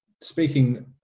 speaking